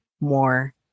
more